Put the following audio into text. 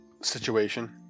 situation